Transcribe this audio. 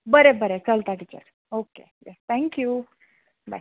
बरें बरें चलता टिचर ओके या थँक यू बाय